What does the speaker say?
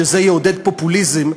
שזה יעודד פופוליזם,